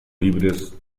libres